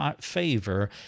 favor